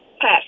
pass